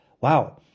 Wow